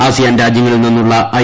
ASEAN രാജൃങ്ങളിൽ നിന്നുള്ള I